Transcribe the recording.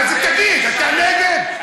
אז תגיד, אתה נגד?